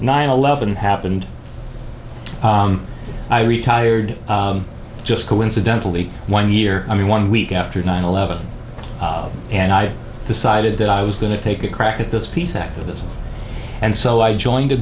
nine eleven happened i retired just coincidentally one year i mean one week after nine eleven and i decided that i was going to take a crack at those peace activists and so i joined a